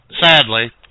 Sadly